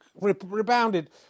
rebounded